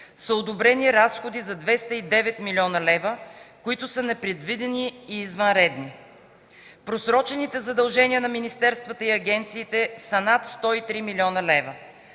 са одобрени разходи за 209 млн. лв., които са непредвидени и извънредни. Просрочените задължения на министерствата и агенциите са над 103 млн. лв.